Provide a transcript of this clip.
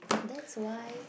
that's why